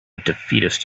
defeatist